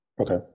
Okay